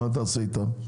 אז מה תעשה איתם?